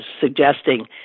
suggesting